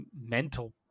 mental